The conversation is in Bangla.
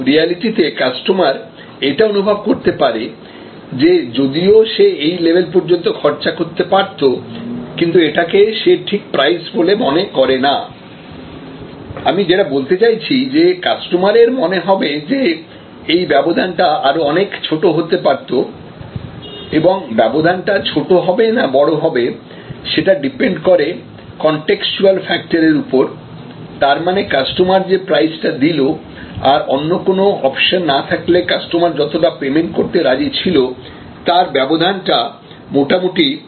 কিন্তু রিয়েলিটিতে কাস্টমার এটা অনুভব করতে পারে যে যদিও সে এই লেভেল পর্যন্ত খরচা করতে পারতো কিন্তু এটাকে সে ঠিক প্রাইস বলে মনে করে না আমি যেটা বলতে চাইছি যে কাস্টমারের মনে হবে যে এই ব্যবধানটা আরো অনেক ছোট হতে পারত এবং ব্যবধানটা ছোট হবে না বড় হবে সেটা ডিপেন্ড করে কন্টেক্সটুয়াল ফ্যাক্টর এর উপর তার মানে কাস্টমার যে প্রাইসটা দিলো আর অন্য কোন অপশন না থাকলে কাস্টমার যতটা পেমেন্ট করতে রাজি ছিল তার ব্যবধানটা মোটামুটি এতোটুকু